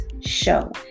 show